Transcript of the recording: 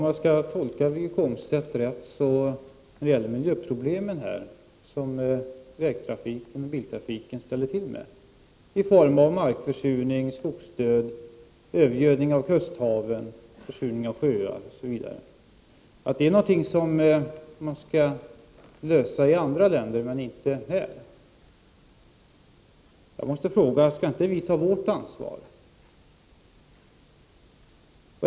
Herr talman! De miljöproblem som vägtrafiken, biltrafiken, ställer till med i form av markförsurning, skogsdöd, övergödning av kusthaven, försurning av sjöar osv. är problem som man skall lösa i andra länder men inte här, om jag har tolkat Wiggo Komstedt rätt. Jag måste fråga: Skall vi inte ta vårt ansvar?